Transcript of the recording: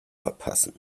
verpassen